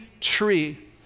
tree